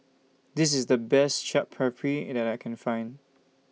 This IS The Best Chaat Papri that I Can Find